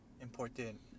important